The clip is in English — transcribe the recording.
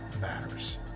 matters